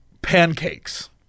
Pancakes